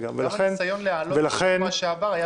הניסיון להעלות את זה בשבוע שעבר היה